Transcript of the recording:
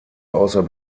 außer